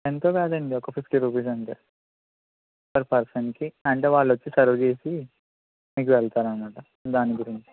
ఎంతో కాదండి ఒక ఫిఫ్టీ రూపీస్ అంతే పర్ పర్సన్ కి అంటే వాళ్ళు వచ్చి సర్వ్ చేసి ఇంక వెళ్తారు అనమాట దాని గురించి